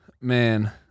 Man